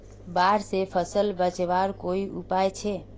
बाढ़ से फसल बचवार कोई उपाय छे?